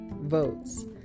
votes